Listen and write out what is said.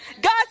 God